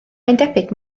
debyg